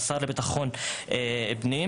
השר לביטחון פנים.